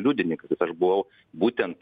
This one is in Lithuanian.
liudininkas nes aš buvau būtent